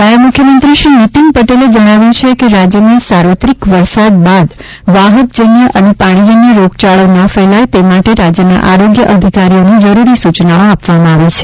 નાયબ મુખ્યમંત્રી શ્રી નીતિન પટેલે જણાવ્યું છે કે રાજ્યમાં સાર્વત્રિક વરસાદ બાદ વાહક જન્ય અને પાણીજન્ય રોગચાળો ન ફેલાય તે માટે રાજ્યના આરોગ્ય અધિકારીઓને જરૂરી સૂચનાઓ આપવામાં આવી છે